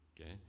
Okay